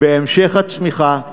בהמשך הצמיחה,